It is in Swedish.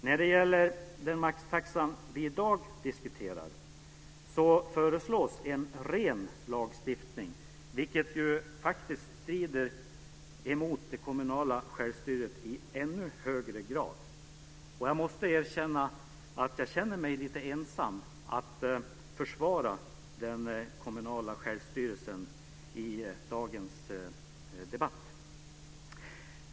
När det gäller den maxtaxa vi i dag diskuterar föreslås en ren lagstiftning, vilket ju faktiskt strider mot det kommunala självstyret i ännu högre grad, och jag måste erkänna att jag känner mig lite ensam om att försvara den kommunala självstyrelsen i dagens debatt.